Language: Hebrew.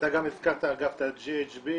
ואתה הזכרת אגב את ה-GHB,